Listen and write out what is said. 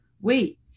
wait